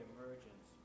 Emergence